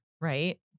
right